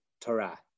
torah